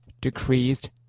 decreased